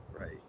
Right